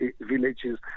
villages